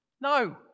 No